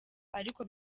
ariko